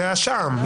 זה השע"ם?